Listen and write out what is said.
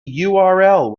url